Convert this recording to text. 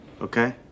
Okay